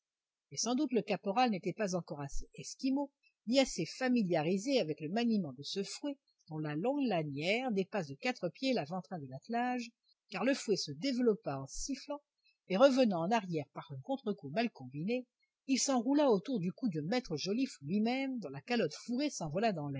mais sans doute le caporal n'était pas encore assez esquimau ni assez familiarisé avec le maniement de ce fouet dont la longue lanière dépasse de quatre pieds l'avant-train de l'attelage car le fouet se développa en sifflant et revenant en arrière par un contre-coup mal combiné il s'enroula autour du cou de maître joliffe lui-même dont la calotte fourrée